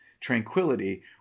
tranquility